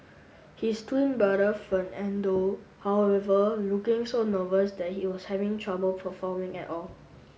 his twin brother Fernando however looking so nervous that he was having trouble performing at all